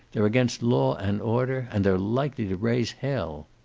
they're against law and order. and they're likely to raise hell.